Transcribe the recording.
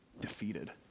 Defeated